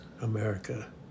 America